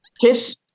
Kiss